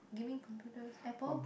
gaming computers Apple